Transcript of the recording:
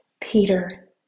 Peter